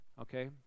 okay